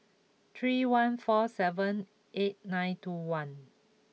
three one four seven eight nine two one